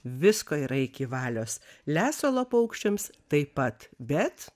visko yra iki valios lesalo paukščiams taip pat bet